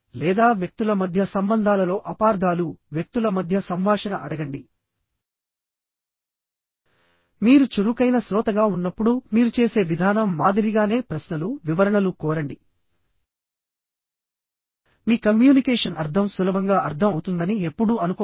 లేదా వ్యక్తుల మధ్య సంబంధాలలో అపార్థాలు వ్యక్తుల మధ్య సంభాషణ అడగండి మీరు చురుకైన శ్రోతగా ఉన్నప్పుడు మీరు చేసే విధానం మాదిరిగానే ప్రశ్నలు వివరణలు కోరండి మీ కమ్యూనికేషన్ అర్థం సులభంగా అర్థం అవుతుందని ఎప్పుడూ అనుకోకండి